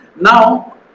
Now